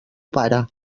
pare